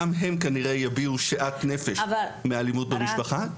גם הם כנראה יביעו שאט נפש מאלימות במשפחה.